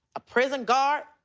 a prison guard.